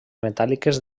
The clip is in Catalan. metàl·liques